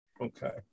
Okay